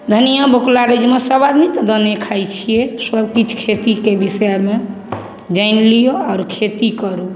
धनियाँ बोकला रजमा सभ आदमी तऽ दाने खाइ छिए सबकिछु खेतीके विषयमे जानि लिअऽ आओर खेती करू